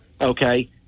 okay